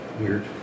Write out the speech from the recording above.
Weird